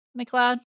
McLeod